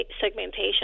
segmentation